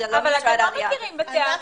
אתם לא מכירים בתארים.